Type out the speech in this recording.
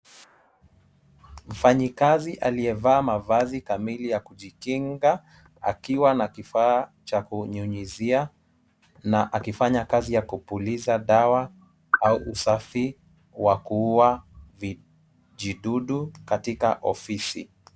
Mfanyikazi aliyevaa mavazi kamili ya kujikinga akiwa na kifaa cha kunyunyuzia na akifanya kazi ya kupuliza dawa au usafi wa kuua vijidudu katika ofisi.